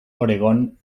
oregon